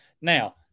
Now